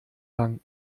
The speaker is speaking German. lang